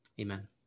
Amen